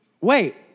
Wait